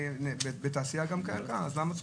ותקן המהדרין הוא